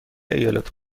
ایالات